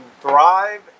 thrive